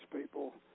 people